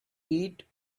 eat